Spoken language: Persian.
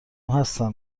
هستن